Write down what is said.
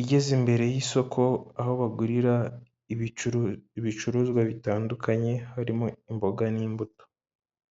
igeze imbere y'isoko aho bagurira ibicuruzwa bitandukanye, harimo imboga n'imbuto.